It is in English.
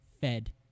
fed